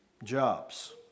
jobs